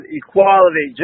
equality